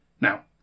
Now